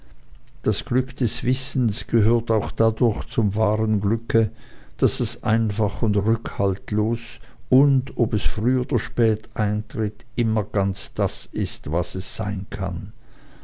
das glück des wissens gehört auch dadurch zum wahren glücke daß es einfach und rückhaltlos und ob es früh oder spät eintritt immer ganz das ist was es sein kann